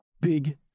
Big